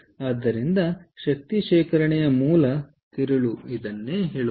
ಆದ್ದರಿಂದ ಇದು ಶಕ್ತಿ ಶೇಖರಣೆಯ ಮೂಲ ಸಂಗ್ರಹವಾಗಿದೆ